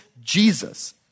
Jesus